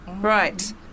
Right